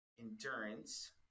endurance